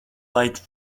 light